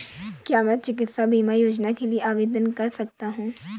क्या मैं चिकित्सा बीमा योजना के लिए आवेदन कर सकता हूँ?